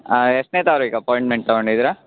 ಹಾನ್ ಎಷ್ಟನೇ ತಾರಿಖು ಅಪಾಯಿಂಟ್ಮೆಂಟ್ ತೊಗೊಂಡಿದ್ದೀರ